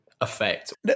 effect